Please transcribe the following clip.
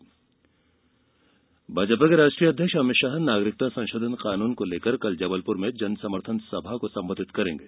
Bhajpa CAA Bhajpa के राष्ट्रीय अध्यक्ष अमित शाह नागरिकता संशोधन कानून को लेकर कल जबलप्र में जनसमर्थन सभा को संबोधित करेंगे